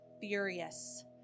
furious